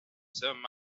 some